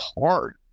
hard